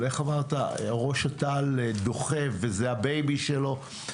אבל איך אמרת: ראש אט"ל דוחף וזה הבייבי שלו,